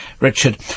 Richard